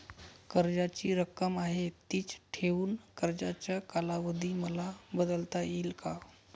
कर्जाची रक्कम आहे तिच ठेवून कर्जाचा कालावधी मला बदलता येईल का?